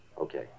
Okay